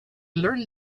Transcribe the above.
learned